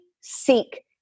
seek